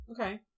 Okay